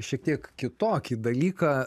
šiek tiek kitokį dalyką